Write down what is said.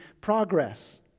progress